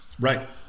Right